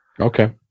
Okay